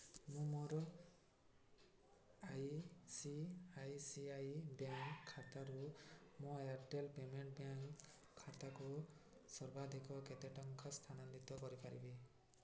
ମୁଁ ମୋର I C I C I bank ଖାତାରୁ ମୋ ଏୟାର୍ଟେଲ୍ ପେମେଣ୍ଟ୍ ବ୍ୟାଙ୍କ୍ ଖାତାକୁ ସର୍ବାଧିକ କେତେ ଟଙ୍କା ସ୍ଥାନାନ୍ତରିତ କରିପାରିବି